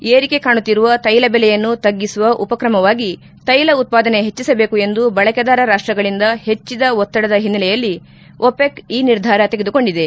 ಏರಿಕೆ ಕಾಣುತ್ತಿರುವ ತೈಲ ಬೆಲೆಯನ್ನು ತಗ್ಗಿಸುವ ಉಪಕ್ರಮವಾಗಿ ತೈಲ ಉತ್ಪಾದನೆ ಹೆಚ್ಚಸಬೇಕು ಎಂದು ಬಳಕೆದಾರ ರಾಷ್ಟಗಳಿಂದ ಹೆಚ್ಚದ ಒತ್ತಡದ ಹಿನ್ನೆಲೆಯಲ್ಲಿ ಒಪೆಕ್ ಈ ನಿರ್ಧಾರ ತೆಗೆದುಕೊಂಡಿದೆ